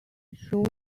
showed